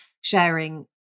sharing